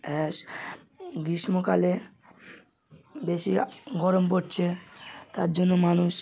গ্রীষ্মকালে বেশি গরম পড়ছে তার জন্য মানুষ